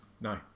No